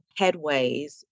headways